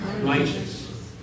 Righteous